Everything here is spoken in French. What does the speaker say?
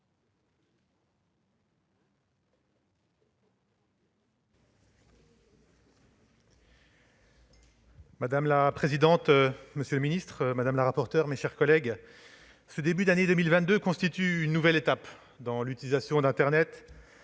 Madame la présidente, monsieur le secrétaire d'État, mes chers collègues, ce début d'année 2022 constitue une nouvelle étape dans l'utilisation d'internet.